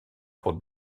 pour